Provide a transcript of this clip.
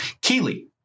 Keely